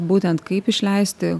būtent kaip išleisti